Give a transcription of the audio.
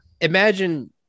Imagine